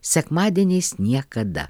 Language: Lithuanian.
sekmadieniais niekada